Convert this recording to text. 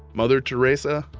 mother theresa,